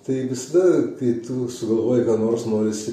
tai visada kai tu sugalvoji ką nors norisi